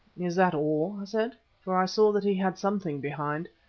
is that all? i said, for i saw that he had something behind.